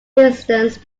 distance